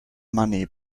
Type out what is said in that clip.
money